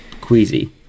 queasy